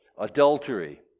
adultery